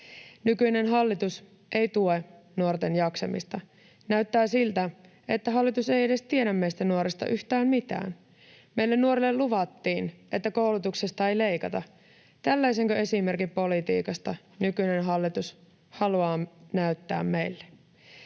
Nykyinen hallitus ei tue nuorten jaksamista. Näyttää siltä, että hallitus ei edes tiedä meistä nuorista yhtään mitään. Meille nuorille luvattiin, että koulutuksesta ei leikata. Tällaisenko esimerkin politiikasta nykyinen hallitus haluaa näyttää meille?